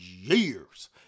years